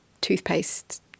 toothpaste